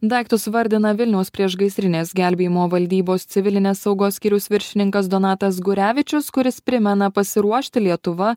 daiktus vardina vilniaus priešgaisrinės gelbėjimo valdybos civilinės saugos skyriaus viršininkas donatas gurevičius kuris primena pasiruošti lietuva